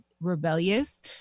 rebellious